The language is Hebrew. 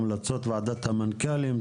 המלצות ועדת המנכ"לים,